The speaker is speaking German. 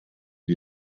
die